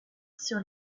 sur